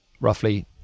roughly